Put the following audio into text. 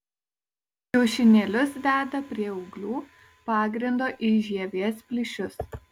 kiaušinėlius deda prie ūglių pagrindo į žievės plyšius